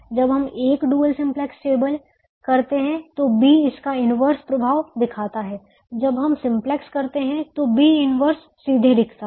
जब हम एक डुअल सिम्प्लेक्स टेबल करते हैं तो B इसका इन्वर्स inverse प्रभाव दिखाता है जब हम सिम्प्लेक्स करते हैं तो B 1 सीधे दिखता है